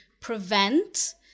prevent